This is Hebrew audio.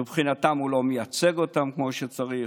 מבחינתם הוא לא מייצג אותם כמו שצריך,